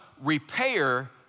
repair